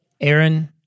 Aaron